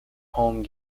home